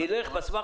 ילך בו?